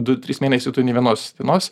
du trys mėnesiai tu nė vienos dienos